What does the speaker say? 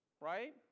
Right